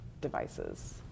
devices